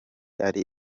ari